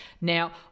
now